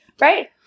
right